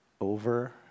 over